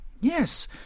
Yes